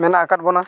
ᱢᱮᱱᱟᱜ ᱟᱠᱟᱫ ᱵᱚᱱᱟ